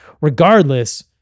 Regardless